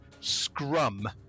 scrum